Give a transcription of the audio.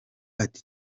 ati